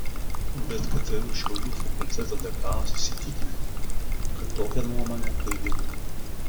bet ktu šiaulių fakulteto dekanas įsitikinęs kad tokia nuomonė klaidinga